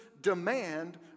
demand